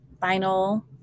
final